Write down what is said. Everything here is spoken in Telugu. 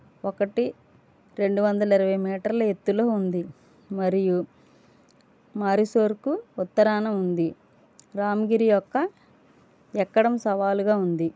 ఒకటి రెండు వందల ఇరవై మీటర్ల ఎత్తులో ఉంది మరియు మైసూర్కు ఉత్తరాన ఉంది రామగిరి యొక్కఎక్కడం సవాలుగా ఉంది